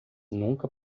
nunca